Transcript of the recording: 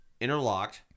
interlocked